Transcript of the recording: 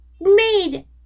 made